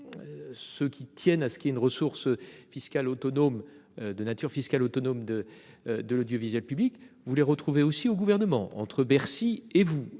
Ceux qui tiennent à ce qui est une ressource fiscale autonome. De nature fiscale autonome de de l'audiovisuel public, vous les retrouvez aussi au gouvernement entre Bercy et vous.